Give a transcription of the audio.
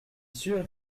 sûr